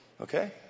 okay